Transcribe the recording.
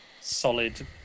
solid